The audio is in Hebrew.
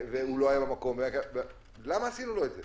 והוא לא היה במקום, למה עשינו לו את זה?